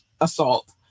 assault